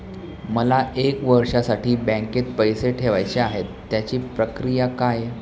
मला एक वर्षासाठी बँकेत पैसे ठेवायचे आहेत त्याची प्रक्रिया काय?